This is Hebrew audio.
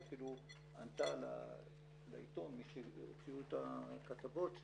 היא אפילו ענתה לעיתון כשהוציאו את הכתבות,